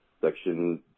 Section